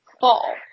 Fall